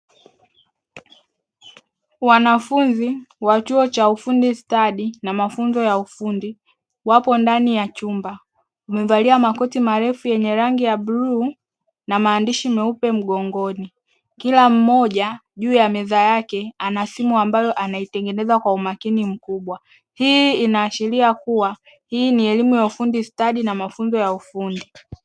Wanafunzi wa chuo cha ufundi stadi na mafunzo ya ufundi wapo ndani ya chumba. Umevalia makoti marefu yenye rangi ya bluu na maandishi meupe mgongoni. Kila mmoja, juu ya meza yake, ana simu ambayo anaitengeneza kwa umakini mkubwa. Hii inaashiria kuwa hii ni elimu ya ufundi stadi na mafunzo ya ufundi.